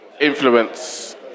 influence